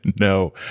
No